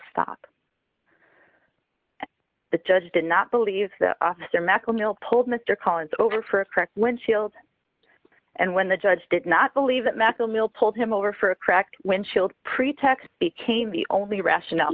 stop the judge did not believe the officer michael mele pulled mr collins over for a cracked windshield and when the judge did not believe that medical mill pulled him over for a cracked windshield pretext became the only rationale